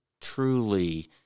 truly